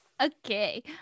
Okay